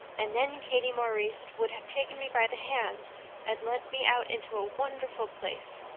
and then katie maurice would have taken me by the hand and led me out into a wonderful place,